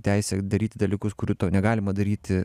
teisė daryti dalykus kurių negalima daryti